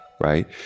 right